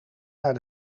naar